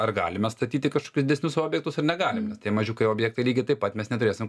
ar galim mes statyti kažkokius didesnius objektus ar negalim nes tie mažiukai objektai lygiai taip pat mes neturėsim